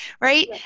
Right